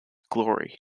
glory